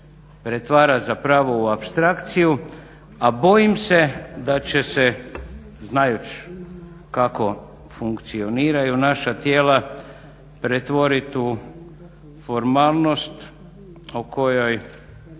pretvara zapravo u apstrakciju, a bojim se da će se znajući kako funkcioniraju naša tijela, pretvorit u formalnost o kojoj